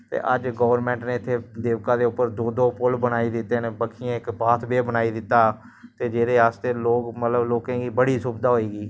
ते अज्ज गोरमैंट ने इत्थै देवका दे उप्पर दो दो पुल बनाई दित्ते न बक्खियें इक पाथवे बनाई दित्ता ते जेह्ड़ा अस ते लोग मतलव लोकें गा बड़ी सुविधा होई गेई